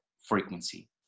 frequency